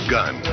Gun